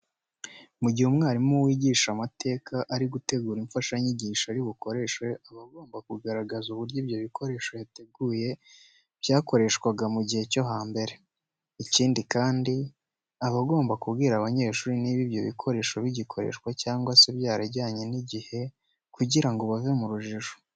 Mu gihe umwarimu wigisha amateka ari gutegura imfashanyigisho ari bukoreshe aba agomba kugaragaza uburyo ibyo bikoresho yateguye byakoreshwaga mu gihe cyo hambere. Ikindi kandi, aba agomba kubwira abanyeshuri niba ibyo bikoresho bigikoreshwa cyangwa se byarajyanye n'igihe kugira ngo bave mu rujijo.